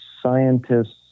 scientists